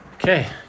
Okay